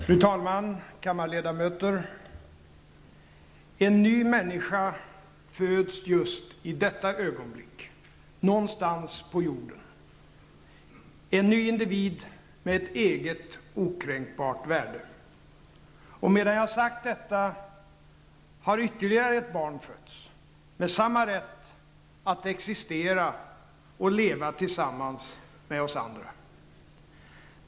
Fru talman, kammarledamöter! En ny människa föds just i detta ögonblick någonstans på jorden -- en ny individ med ett eget, okränkbart värde. Och medan jag sagt detta har ytterligare ett barn fötts, med samma rätt att existera och leva tillsammans med oss andra.